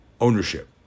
ownership